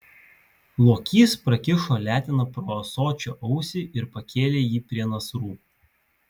lokys prakišo leteną pro ąsočio ausį ir pakėlė jį prie nasrų